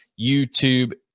YouTube